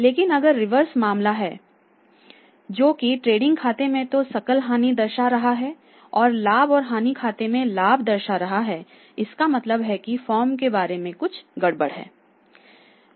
लेकिन अगर रिवर्स मामला है जो कि ट्रेडिंग खाते में तो सकल हानि दर्शा रहा है और लाभ और हानि खाते में लाभ दर्शा रहा है इसका मतलब है कि फर्म के बारे में कुछ गड़बड़ है